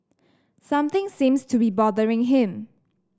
something seems to be bothering him